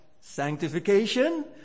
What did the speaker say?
Sanctification